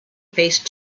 face